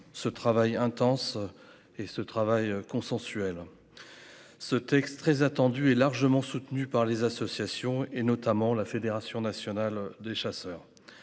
Ce travail intense et ce travail consensuel. Ce texte très attendu et largement soutenue par les associations et notamment la Fédération nationale des chasseurs.